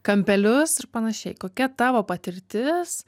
kampelius ir panašiai kokia tavo patirtis